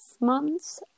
months